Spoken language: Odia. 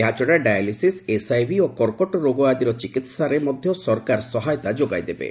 ଏହାଛଡ଼ା ଡାଇଲିସିସ୍ ଏସ୍ଆଇଭି ଓ କର୍କଟ ରୋଗ ଆଦିର ଚିକିତ୍ସାରେ ମଧ୍ୟ ସରକାର ସହାୟତା ଯୋଗାଇ ଦେବେ